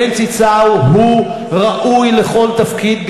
בנצי סאו ראוי לכל תפקיד,